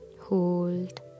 hold